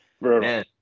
man